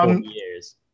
years